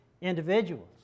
individuals